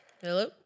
Hello